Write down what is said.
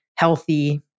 healthy